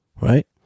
right